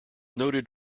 noted